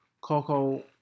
Coco